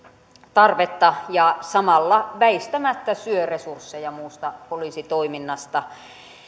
tarvetta ja samalla väistämättä syö resursseja muusta poliisitoiminnasta